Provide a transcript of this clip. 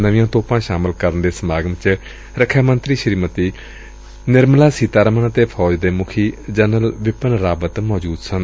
ਨਵੀਆਂ ਤੋਪਾਂ ਸ਼ਾਮਲ ਕਰਨ ਦੇ ਸਮਾਗਮ ਚ ਰਖਿਆ ਮੰਤਰੀ ਸ੍ਰੀਮਤੀ ਨਿਰਮਾਲਾ ਸੀਤਾਰਮਨ ਅਤੇ ਫੌਜ ਦੇ ਮੁਖੀ ਜਨਰਲ ਬਿਪਿਨ ਰਾਵਤ ਮੌਜੂਦ ਸਨ